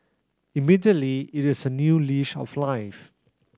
immediately it is a new lease of life